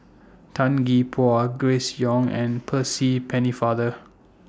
Tan Gee Paw Grace Young and Percy Pennefather